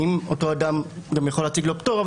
אותו אדם גם יכול להציג לו פטור,